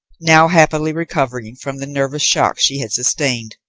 now happily recovering from the nervous shock she had sustained.